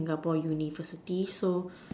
Singapore universities so